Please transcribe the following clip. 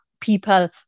people